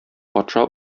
патша